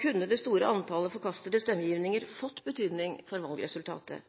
kunne det store antallet forkastede stemmegivninger fått betydning for valgresultatet.